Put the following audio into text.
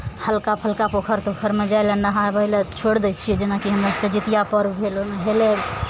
हलका फलका पोखरिमे जाय लए नहाबय लए छोड़ि दै छियै जेनाकि हमरा सभकेँ जितिया पर्व भेल ओहिमे हेलय